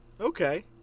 Okay